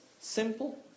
Simple